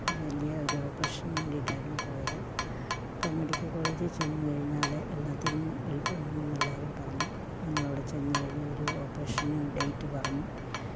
വലിയ ഒരു ഓപ്പറേഷന് വേണ്ടിയിട്ടായിരുന്നു പോയത് അപ്പോൾ മെഡിക്കൽ കോളേജിൽ ചെന്നുകഴിഞ്ഞാൽ എല്ലാത്തിനും എളുപ്പമാണെന്ന് എല്ലാവരും പറഞ്ഞു ഞങ്ങൾ അവിടെ ചെന്ന് കഴിഞ്ഞ് അവർ ഓപ്പറേഷന് ഡേറ്റ് പറഞ്ഞു